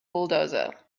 bulldozer